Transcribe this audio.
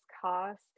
cost